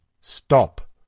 Stop